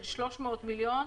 של 300 מיליון,